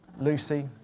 Lucy